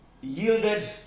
yielded